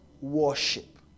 worship